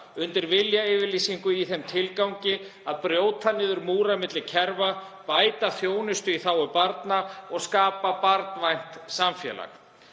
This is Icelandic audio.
undir viljayfirlýsingu í þeim tilgangi að brjóta niður múra milli kerfa, bæta þjónustu í þágu barna og skapa barnvænt samfélag.